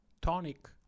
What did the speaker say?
tonic